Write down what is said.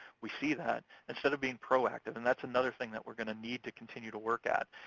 we see that, instead of being proactive, and that's another thing that we're gonna need to continue to work at,